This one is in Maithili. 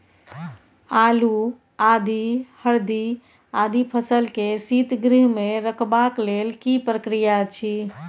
आलू, आदि, हरदी आदि फसल के शीतगृह मे रखबाक लेल की प्रक्रिया अछि?